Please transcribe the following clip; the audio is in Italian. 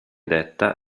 detta